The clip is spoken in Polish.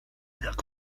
tak